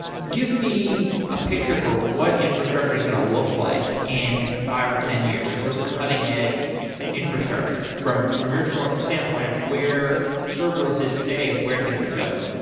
give me a picture for what infrastructure is going to look like in five or ten years, the most cutting-edge infrastructure from from your standpoint of where serverless is today and where things are going